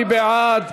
מי בעד?